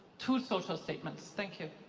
two social statements? thank you.